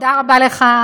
תודה רבה לך,